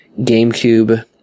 GameCube